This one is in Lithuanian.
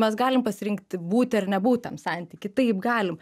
mes galim pasirinkti būti ar nebūt tam santyky taip galim